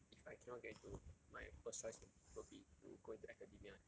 if I cannot get into my first choice will will be to go into academia eh